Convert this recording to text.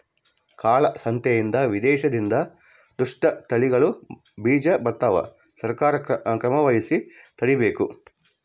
ಕಾಳ ಸಂತೆಯಿಂದ ವಿದೇಶದಿಂದ ದುಷ್ಟ ತಳಿಗಳ ಬೀಜ ಬರ್ತವ ಸರ್ಕಾರ ಕ್ರಮವಹಿಸಿ ತಡೀಬೇಕು